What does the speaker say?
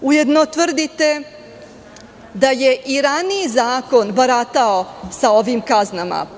Ujedno, tvrdite da je i raniji zakon baratao sa ovim kaznama.